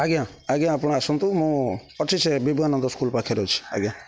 ଆଜ୍ଞା ଆଜ୍ଞା ଆପଣ ଆସନ୍ତୁ ମୁଁ ଅଛି ସେ ବିବେକାନନ୍ଦ ସ୍କୁଲ ପାଖରେ ଅଛି ଆଜ୍ଞା